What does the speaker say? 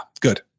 good